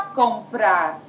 comprar